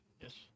Yes